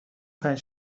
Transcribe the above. پنج